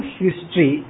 history